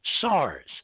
SARS